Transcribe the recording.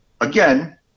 again